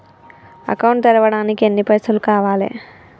Account తెరవడానికి ఎన్ని పైసల్ కావాలే?